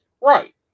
right